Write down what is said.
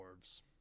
dwarves